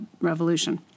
revolution